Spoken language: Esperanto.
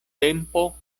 tempo